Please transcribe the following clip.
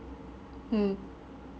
mm